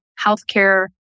healthcare